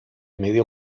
medio